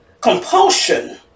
compulsion